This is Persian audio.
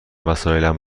وسایلم